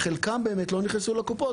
חלקם באמת לא נכנסו לקופות,